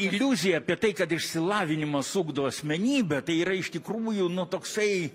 iliuzija apie tai kad išsilavinimas ugdo asmenybę tai yra iš tikrųjų nu toksai